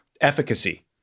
efficacy